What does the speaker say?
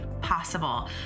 possible